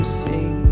see